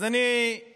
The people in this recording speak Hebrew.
אז אני מפה